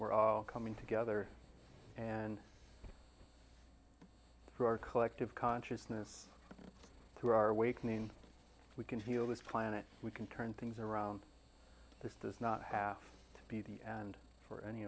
together coming together and through our collective consciousness through our awakening we can heal this planet we can turn things around this does not have to be the and for any